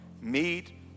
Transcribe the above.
meet